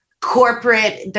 corporate